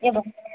एवं